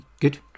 Good